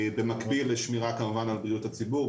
במקביל לשמירה כמובן על בריאות הציבור,